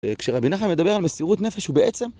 כשרבי נחמן מדבר על מסירות נפש הוא בעצם...